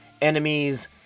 enemies